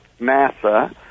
NASA